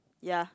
ya